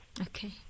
Okay